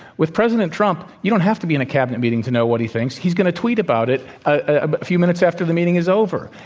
with president trump, you don't have to be in a cabinet meeting to know what he thinks. he's going to tweet about it a few minutes after the meeting is over.